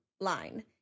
line